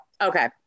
okay